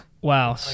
Wow